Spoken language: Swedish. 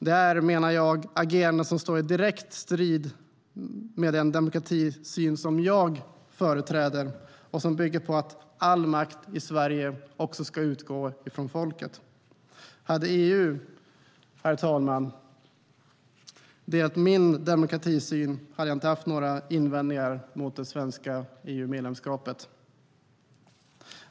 Det är, menar jag, ageranden som står i direkt strid med den demokratisyn som jag företräder och som bygger på att all makt i Sverige ska utgå från folket. Hade EU, herr talman, delat min demokratisyn hade jag inte haft några invändningar mot det svenska EU-medlemskapet.